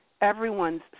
everyone's